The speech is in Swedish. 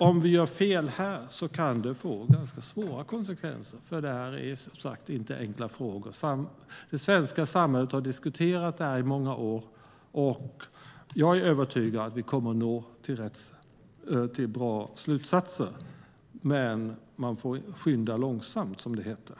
Om vi gör fel kan det få ganska svåra konsekvenser. Det är, som sagt, inte enkla frågor. Det svenska samhället har diskuterat det här i många år. Jag är övertygad om att vi kommer att nå bra slutsatser. Men man får skynda långsamt, som det heter.